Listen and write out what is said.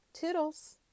Toodles